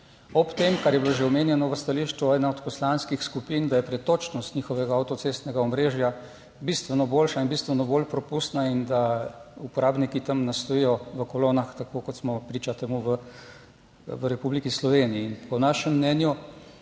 Ob tem, kar je bilo že omenjeno v stališču ene od poslanskih skupin, da je pretočnost njihovega avtocestnega omrežja bistveno boljša in bistveno bolj propustna in da uporabniki tam ne stojijo v kolonah, tako kot smo priče temu v Republiki Sloveniji. In po našem mnenju